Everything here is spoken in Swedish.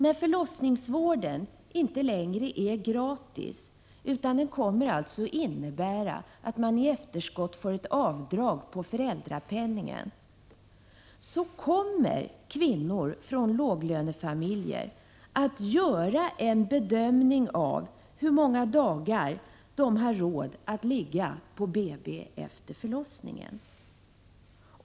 När förlossningsvården inte längre är gratis, utan medför att man i efterskott får ett avdrag på föräldrapenningen, kommer kvinnor från låglönefamiljer att göra en bedömning av hur många dagar de har råd att ligga på BB efter förlossningen.